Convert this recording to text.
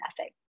essay